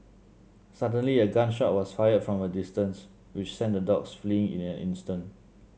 suddenly a gun shot was fired from a distance which sent the dogs fleeing in an instant